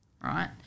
right